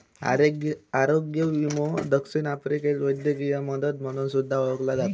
आरोग्य विमो दक्षिण आफ्रिकेत वैद्यकीय मदत म्हणून सुद्धा ओळखला जाता